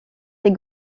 des